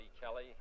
Kelly